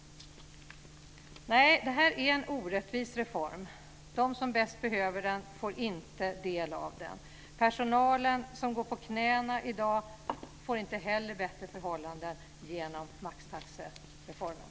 Nej, det här är en orättvis reform. De som bäst behöver den får inte del av den. Personalen, som går på knäna i dag, får inte heller bättre förhållanden genom maxtaxereformen.